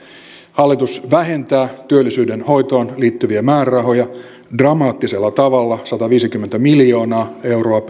hallitus vähentää työllisyyden hoitoon liittyviä määrärahoja dramaattisella tavalla peräti sataviisikymmentä miljoonaa euroa